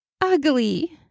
ugly